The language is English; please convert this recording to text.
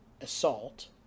assault